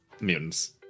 mutants